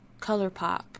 ColourPop